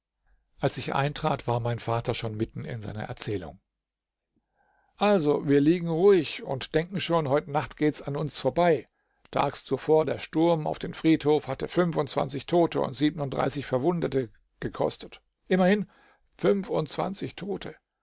als ich eintrat war mein vater schon mitten in seiner erzählung also wir liegen ruhig und denken schon heute nacht geht's an uns vorbei tags zuvor der sturm auf den friedhof hatte fünfundzwanzig tote und siebenunddreißig verwundete gekostet immerhin fünfundzwanzig tote